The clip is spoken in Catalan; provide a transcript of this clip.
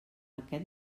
aquest